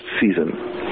season